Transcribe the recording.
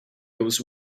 goes